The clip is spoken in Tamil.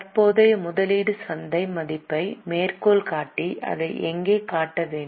தற்போதைய முதலீடு சந்தை மதிப்பை மேற்கோள் காட்டி அதை எங்கே காட்ட வேண்டும்